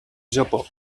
japó